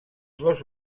dos